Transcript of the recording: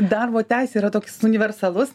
darbo teisė yra toks universalus